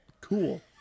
Cool